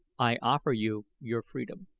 i offer you your freedom.